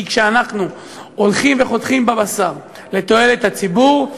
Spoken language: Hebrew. כי כשאנחנו הולכים וחותכים בבשר לתועלת הציבור,